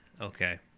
Okay